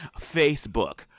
facebook